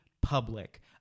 public